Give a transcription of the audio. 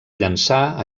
llençar